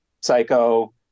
Psycho